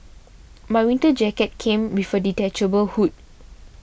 my winter jacket came with a detachable hood